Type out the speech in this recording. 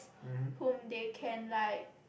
whom they can like